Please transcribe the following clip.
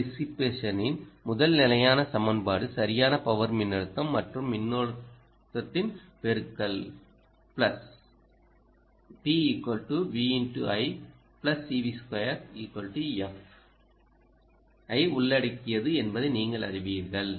power டிஸிபேஷனின் முதல் நிலையான சமன்பாடு சரியான பவர் மின்னழுத்தம் மற்றும் மின்னோட்டத்தின் பெருக்கல் plus P V × I CV 2 f ஐ உள்ளடக்கியது என்பதை நீங்கள் அறிவீர்கள்